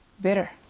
bitter